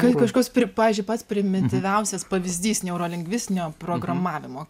kažkoks vat pavyzdžiui pats primytyviausias pavyzdys neurolingvistinio programavimo